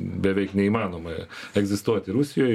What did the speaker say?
beveik neįmanoma egzistuoti rusijoj